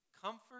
Comfort